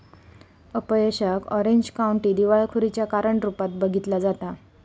अपयशाक Orange County दिवाळखोरीच्या कारण रूपात बघितला जाता